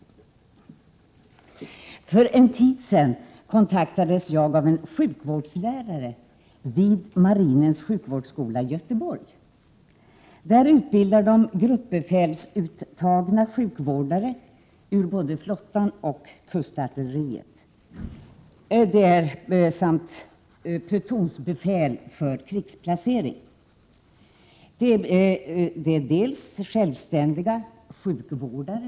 3 maj 1988 För en tid sedan kontaktades jag av en sjukvårdslärare vid Marinens sjukvårdsskola i Göteborg. Där utbildas gruppbefälsuttagna sjukvårdare från både flottan och kustartilleriet samt plutonsbefäl för krigsplacering som självständiga sjukvårdare.